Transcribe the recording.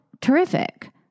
terrific